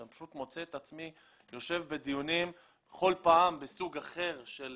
אני פשוט מוצא את עצמי יושב בדיונים בכל פעם בסוג אחר של